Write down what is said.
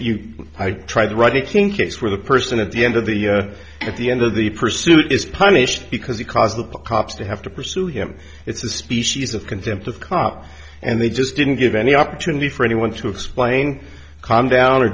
try the rodney king case where the person at the end of the at the end of the pursuit is punished because he caused the props to have to pursue him it's a species of contempt of cop and they just didn't give any opportunity for anyone to explain calm down or